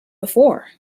before